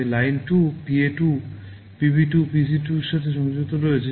line 2 PA 2 PB 2 PC 2 ইত্যাদির সাথে সংযুক্ত থাকে